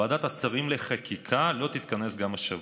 ועדת השרים לחקיקה לא תתכנס גם השבוע.